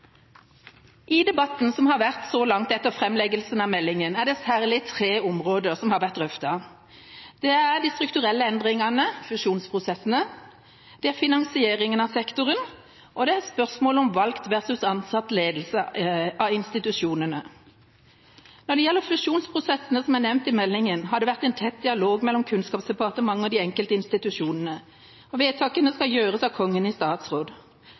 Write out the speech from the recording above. I debatten som har vært så langt etter framleggelsen av meldingen, er det særlig tre områder som har vært drøftet. Det er strukturelle endringer – fusjonsprosessene – det er finansieringen av sektoren, og det er spørsmålet om valgt versus ansatt ledelse av institusjonene. Når det gjelder fusjonsprosessene som er nevnt i meldingen, har det vært tett dialog mellom Kunnskapsdepartementet og de enkelte institusjonene. Vedtakene skal gjøres av Kongen i statsråd.